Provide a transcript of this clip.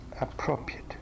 appropriate